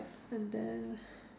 and then